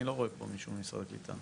אני לא רואה פה מישהו ממשרד הקליטה.